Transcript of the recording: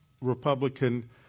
Republican